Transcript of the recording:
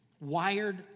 wired